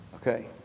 okay